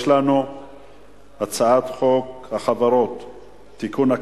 יש לנו הצעת חוק החברות (תיקון,